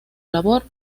labor